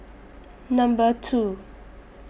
Number two